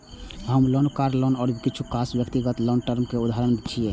होम loan, car loan आ किछु खास व्यक्तिगत लोन टर्म लोन के उदाहरण छियै